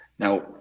Now